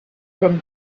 from